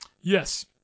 Yes